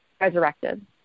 resurrected